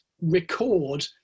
record